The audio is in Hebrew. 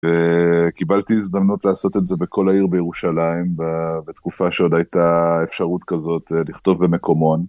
וקיבלתי הזדמנות לעשות את זה בכל העיר בירושלים, בתקופה שעוד הייתה אפשרות כזאת לכתוב במקומון.